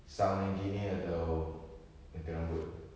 sound engineer atau gunting rambut